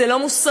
זה לא מוסרי,